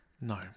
No